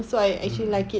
mm